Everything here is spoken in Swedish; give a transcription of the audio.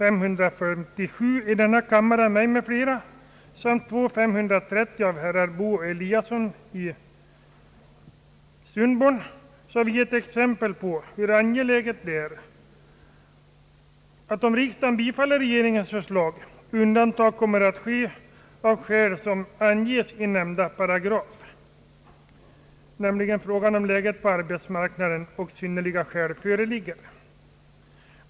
Eliasson i Sundborn ges exempel på hur angeläget det är att, om riksdagen bifaller regeringens förslag, undantag från uttagande av ifrågavarande investeringsavgift kommer att göras av skäl som anges i nämnda paragraf.